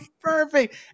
perfect